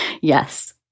Yes